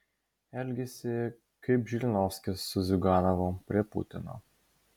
elgiasi kaip žirinovskis su ziuganovu prie putino